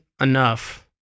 enough